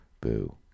boo